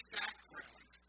background